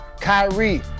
Kyrie